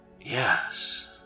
yes